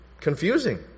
confusing